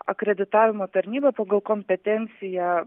akreditavimo tarnyba pagal kompetenciją